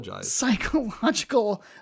psychological